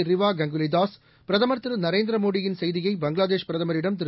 ரிவா கங்குலிதாஸ் பிரதமர் திரு நரேந்திரமோடியின் செய்தியை பங்களாதேஷ் பிரதமரிடம் திரு